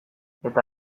eta